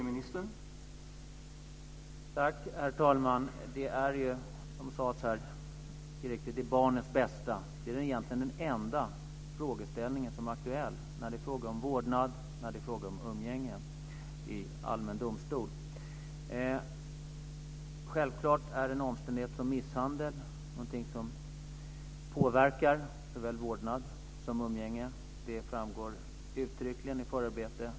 Herr talman! Det är ju, som sades här, barnens bästa det handlar om. Det är egentligen den enda frågeställning som är aktuell när man tar upp frågan om vårdnad och umgänge i allmän domstol. Självklart är en omständighet som misshandel någonting som påverkar såväl vårdnad som umgänge. Det framgår uttryckligen i förarbeten.